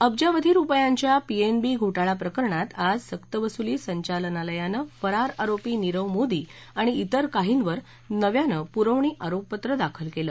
अब्जावधी रुपयांच्या पीएनबी घोटाळा प्रकरणात आज सक्तवसुली संचालनालयानं फरार आरोपी नीरव मोदी आणि तिर काहींवर नव्यानं पुरवणी आरोपपत्र दाखल केलं